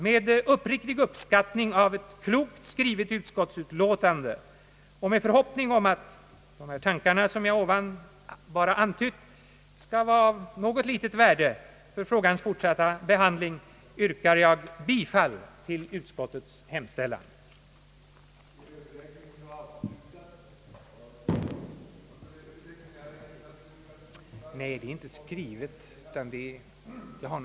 Med uppriktig uppskattning av ett klokt skrivet utskottsutlåtande och med förhoppningen att de tankar som jag ovan antytt skall vara av något litet värde för riksda gens fortsatta behandling, yrkar jag bifall till utskottets hemställan.